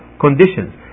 conditions